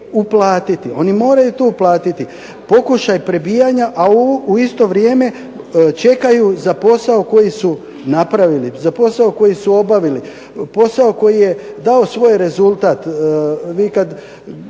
uplatiti. Oni moraju to uplatiti. Pokušaj prebijanja a u isto vrijeme čekaju za posao koji su napravili, za posao koji su obavili, posao koji je dao svoj rezultat.